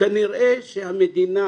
כנראה שהמדינה